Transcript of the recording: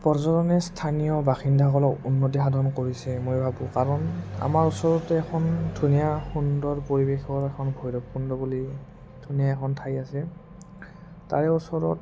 পৰ্যটনে স্থানীয় বাসিন্দাসকলক উন্নতি সাধন কৰিছে মই ভাবোঁ কাৰণ আমাৰ ওচৰতে এখন ধুনীয়া সুন্দৰ পৰিৱেশৰ এখন ভৈৰৱকুণ্ড বুলি ধুনীয়া এখন ঠাই আছে তাৰে ওচৰত